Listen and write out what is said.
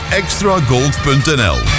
extragold.nl